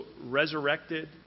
resurrected